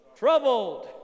Troubled